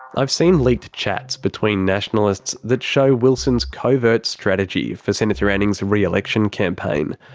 i've seen leaked chats between nationalists that show wilson's covert strategy for senator anning's re-election campaign.